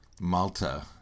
Malta